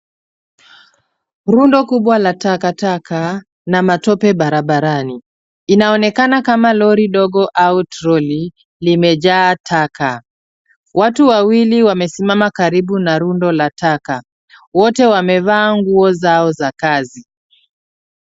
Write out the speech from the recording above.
Rundo kubwa la takataka na matope barabarani. Inaonekana kama lori dogo au troli, limejaa taka. Watu wawili wamesimama karibu na rundo la taka, wote wamevaa nguo zao za kazi.